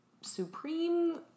supreme